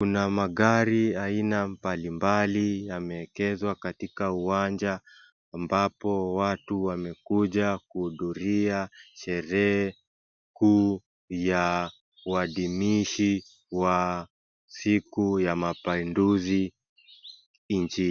Kuna magari aina mbali mbali yameegezwa katika uwanja, ambapo watu wamekuja kuhudhuria sherehe kuu ya uadimishi wa siku ya mapinduzi nchini.